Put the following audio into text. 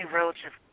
relative